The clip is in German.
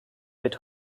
wird